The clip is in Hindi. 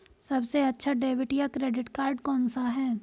सबसे अच्छा डेबिट या क्रेडिट कार्ड कौन सा है?